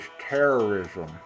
terrorism